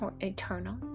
eternal